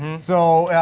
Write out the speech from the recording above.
so,